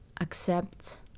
accept